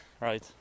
Right